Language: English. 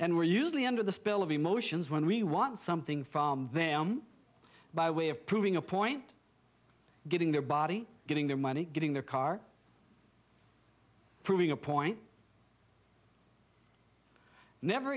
and we're usually under the spell of emotions when we want something from them by way of proving a point getting their body getting their money getting their car proving a point never